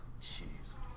Jeez